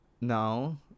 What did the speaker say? now